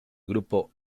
grupo